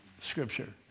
scripture